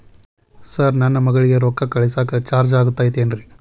Sir ನನ್ನ ಮಗಳಗಿ ರೊಕ್ಕ ಕಳಿಸಾಕ್ ಚಾರ್ಜ್ ಆಗತೈತೇನ್ರಿ?